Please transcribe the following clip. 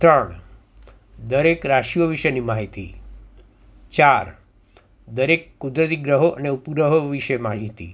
ત્રણ દરેક રાશિઓ વિષેની માહિતી ચાર દરેક કુદરતી ગ્રહો અને ઉપગ્રહો વિષે માહિતી